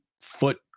foot